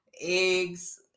Eggs